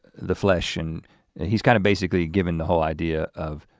the flesh and he's kind of basically given the whole idea of